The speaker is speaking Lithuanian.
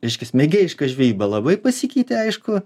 reiškias mėgėjiška žvejyba labai pasikeitė aišku